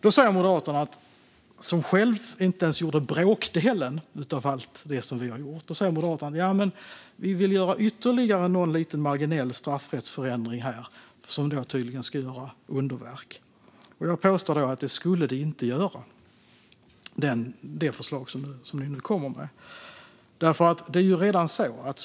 Då säger Moderaterna, som själva inte ens gjorde bråkdelen av allt som vi har gjort, att de vill göra ytterligare någon liten marginell straffrättsförändring här, som då tydligen ska göra underverk. Jag påstår att det förslag som ni nu kommer med inte skulle det.